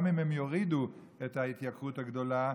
גם אם הם יורידו את ההתייקרות הגדולה,